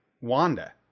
Wanda